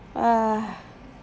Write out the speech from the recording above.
ugh